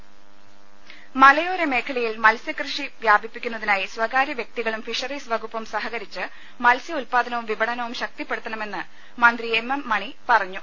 ലലലലലലലലലലലല മലയോര മേഖലയിൽ മത്സൃകൃഷി വ്യാപിപ്പിക്കുന്നതിനായി സ്വകാര്യ വ്യക്തികളും ഫിഷറിസ് വകുപ്പും സഹകരിച്ച് മത്സ്യ ഉത്പാദനവും വിപണനവും വശക്തിപ്പെടുത്തണമെന്ന് മന്ത്രി എം എം മണി പറഞ്ഞു